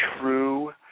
true